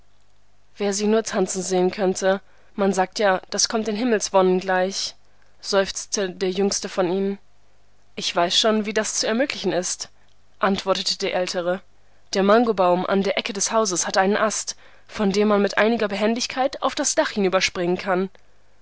wer sie nur tanzen sehen könnte man sagt ja das kommt den himmelswonnen gleich seufzte der jüngste von ihnen ich weiß schon wie das zu ermöglichen ist antwortete der ältere der mangobaum an der ecke des hauses hat einen ast von dem man mit einiger behendigkeit auf das dach hinüberspringen kann